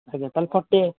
ଆଜ୍ଞା ତା'ହେଲେ ଫର୍ଟି